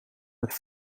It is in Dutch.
met